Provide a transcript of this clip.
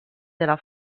della